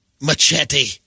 machete